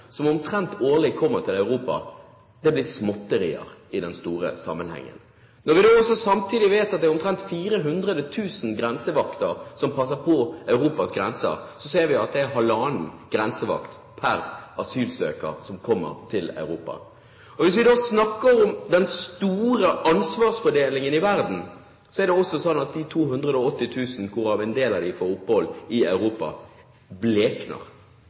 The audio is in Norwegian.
som årlig kommer til Europa, småtteri i den store sammenhengen. Når vi da også samtidig vet at det er omtrent 400 000 grensevakter som passer på Europas grenser, ser vi at det er halvannen grensevakt per asylsøker som kommer til Europa. Når vi snakker om den store ansvarsfordelingen i verden, blekner antallet på 280 000 – og en del av dem får opphold i Europa